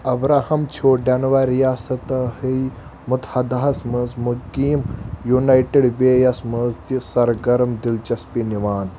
Abraham چھُ Denver, ریاستہائے متحدہ ہَس منٛز مقیم یونایٹڈ وے یَس منٛز تہِ سرگرم دلچسپی نِوان